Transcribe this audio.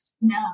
No